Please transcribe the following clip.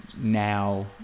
now